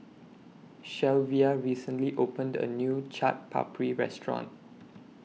Shelvia recently opened A New Chaat Papri Restaurant